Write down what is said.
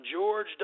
George